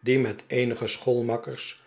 die met eenige schoolmakkers